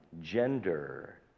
gender